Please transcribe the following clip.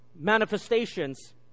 manifestations